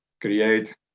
create